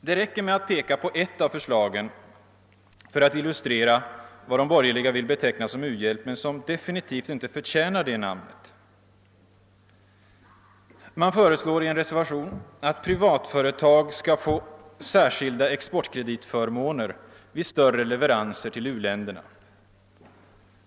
Det räcker med att peka på ett av förslagen för att illustrera vad de borgerliga vill beteckna som u-hjälp men som definitivt inte förtjänar det namnet. Man föreslår i en reservation att privatföretag skall få särskilda exportkreditförmåner vid större leveranser till u-länderna.